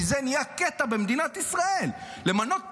כי זה נהיה קטע במדינת ישראל, למנות פרויקטורים,